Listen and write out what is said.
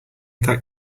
that